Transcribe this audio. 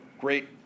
great